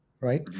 right